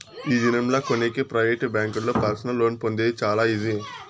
ఈ దినం లా కొనేకి ప్రైవేట్ బ్యాంకుల్లో పర్సనల్ లోన్ పొందేది చాలా ఈజీ